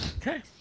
Okay